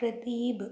Pradeep